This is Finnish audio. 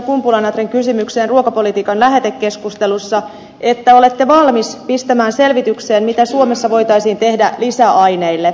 kumpula natrin kysymykseen ruokapolitiikan lähetekeskustelussa että olette valmis pistämään selvitykseen mitä suomessa voitaisiin tehdä lisäaineille